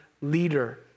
leader